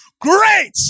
Great